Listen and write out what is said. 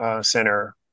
Center